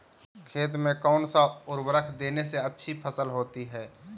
खेत में कौन सा उर्वरक देने से अच्छी फसल होती है?